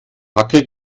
hacke